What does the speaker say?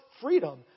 freedom